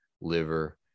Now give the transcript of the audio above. liver